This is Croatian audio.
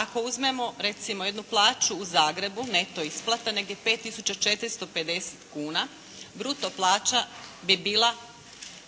Ako uzmemo recimo jednu plaću u Zagrebu neto isplata negdje 5 tisuća 450 kuna bruto plaća bi bila